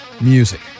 music